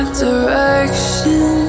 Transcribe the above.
direction